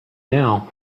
now